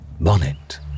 Bonnet